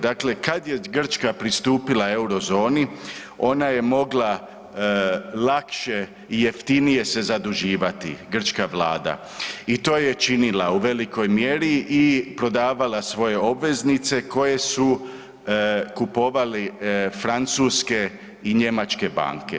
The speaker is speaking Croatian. Dakle, kad je Grčka pristupila Eurozoni ona je mogla lakše i jeftinije se zaduživati, grčka vlada i to je činila u velikoj mjeri i prodavala svoje obveznice koje su kupovali francuske i njemačke banke.